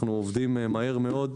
אנחנו עובדים מהר מאוד.